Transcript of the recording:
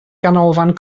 ganolfan